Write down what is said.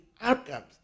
outcomes